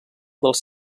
dels